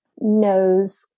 knows